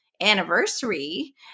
anniversary